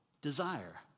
desire